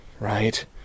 right